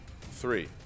three